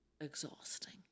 Exhausting